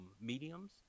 mediums